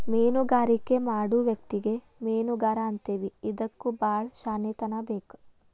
ಮೇನುಗಾರಿಕೆ ಮಾಡು ವ್ಯಕ್ತಿಗೆ ಮೇನುಗಾರಾ ಅಂತೇವಿ ಇದಕ್ಕು ಬಾಳ ಶ್ಯಾಣೆತನಾ ಬೇಕ